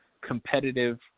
competitive